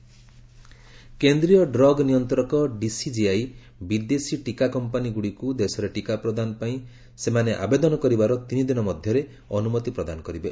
ଡିସିକିଆଇ କେନ୍ଦ୍ରୀୟ ଡ୍ରଗ୍ ନିୟନ୍ତ୍ରକ ଡିସିଜିଆଇ ବିଦେଶୀ ଟିକା କମ୍ପାନୀ ଗୁଡ଼ିକୁ ଦେଶରେ ଟିକା ପ୍ରଦାନ ପାଇଁ ସେହି କମ୍ପାନୀ ସେମାନେ ଆବେଦନ କରିବାର ତିନି ଦିନ ମଧ୍ୟରେ ଅନୁମତି ପ୍ରଦାନ କରିବେ